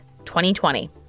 2020